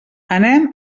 anem